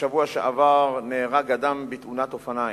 בשבוע שעבר נהרג אדם בתאונת אופניים.